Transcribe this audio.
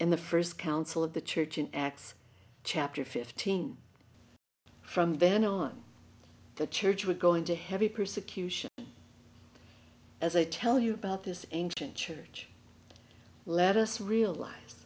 in the first council of the church in acts chapter fifteen from then on the church would go into heavy persecution as i tell you about this ancient church let us realize